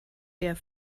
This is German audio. der